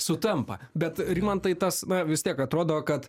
sutampa bet rimantai tas na vis tiek atrodo kad